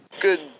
good